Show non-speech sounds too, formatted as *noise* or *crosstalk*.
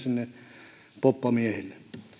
*unintelligible* sinne poppamiehille